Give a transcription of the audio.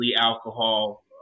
alcohol